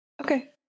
Okay